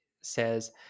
says